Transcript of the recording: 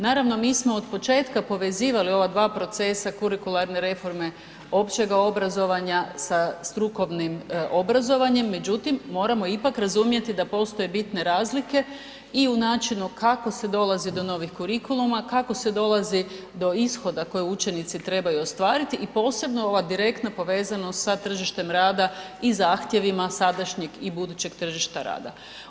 Naravno, mi smo od početka povezivali ova dva procesa kurikularne reforme općega obrazovanja sa strukovnim obrazovanjem, međutim, moramo ipak razumjeti da postoje bitne razlike i u načinu kako se dolazi do novih kurikuluma, kako se dolazi do ishoda koje učenici trebaju ostvariti i posebno ova direktna povezanost sa tržištem rada i zahtjevima sadašnjeg i budućeg tržišta rada.